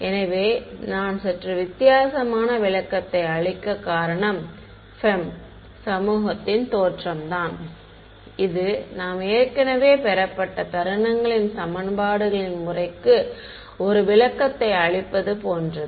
எனவே நான் சற்று வித்தியாசமான விளக்கத்தை அளிக்க காரணம் FEM சமூகத்தின் தோற்றம் தான் இது நாம் ஏற்கனவே பெறப்பட்ட தருணங்களின் சமன்பாடுகளின் முறைக்கு ஒரு விளக்கத்தை அளிப்பது போன்றது